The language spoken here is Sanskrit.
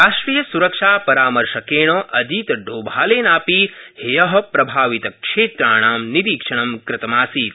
राष्ट्रियस्रक्षापरामर्शकेण अजीतडोभालेन अपि हय प्रभावितक्षेत्राणां निरीक्षणं क़तमासीत्